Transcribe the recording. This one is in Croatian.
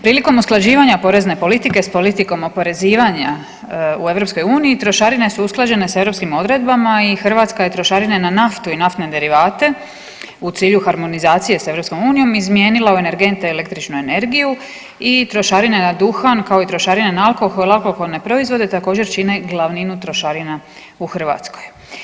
Prilikom usklađivanja porezne politike s politikom oporezivanja u EU trošarine su usklađene sa europskim odredbama i Hrvatska je trošarine na naftu i naftne derivate u cilju harmonizacije sa EU izmijenila u energente i električnu energiju i trošarine na duhan, kao i trošarine na alkohol i alkoholne proizvode također čine glavninu trošarina u Hrvatskoj.